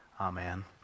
Amen